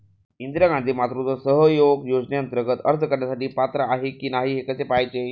इंदिरा गांधी मातृत्व सहयोग योजनेअंतर्गत अर्ज करण्यासाठी पात्र आहे की नाही हे कसे पाहायचे?